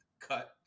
cut